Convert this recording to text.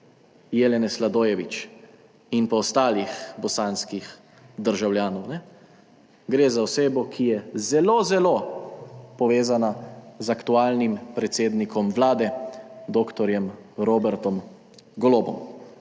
Jelene Sladojević in ostalih bosanskih državljanov. Gre za osebo, ki je zelo zelo povezana z aktualnim predsednikom Vlade dr. Robertom Golobom.